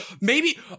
Maybe-